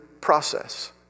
process